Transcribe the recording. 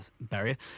barrier